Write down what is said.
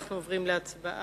אנחנו עוברים להצבעה.